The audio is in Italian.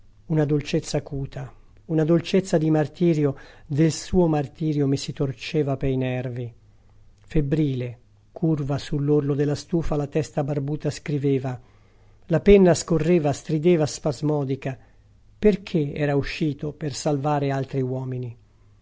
una dolcezza acuta una dolcezza di martirio del suo martirio mi si torceva pei nervi febbrile curva sull'orlo della stufa la testa barbuta scriveva la penna scorreva strideva spasmodica perché era uscito per salvare altri uomini